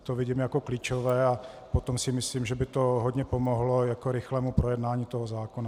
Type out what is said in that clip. To vidím jako klíčové a potom si myslím, že by to hodně pomohlo rychlému projednání tohoto zákona.